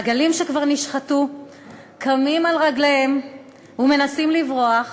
עגלים שכבר נשחטו קמים על רגליהם ומנסים לברוח,